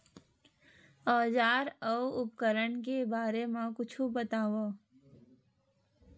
औजार अउ उपकरण के बारे मा कुछु बतावव?